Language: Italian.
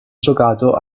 giocato